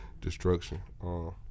destruction